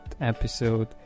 episode